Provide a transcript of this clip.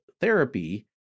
therapy